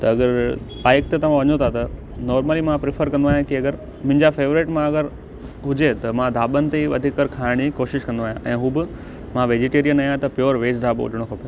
त अगरि बाइक ते तव्हां वञो था त नॉर्मली मां प्रिफर कंदो आहियां की अगरि मुंहिंजा फेवरेट मां अगरि हुजे त मां ढाबनि ते ई वधीकतर खाइण जी कोशिशि कंदो आहियां ऐं हू बि मां वेजीटेरियन आहियां त प्यॉर वेज ढाबो हुजिणो खपे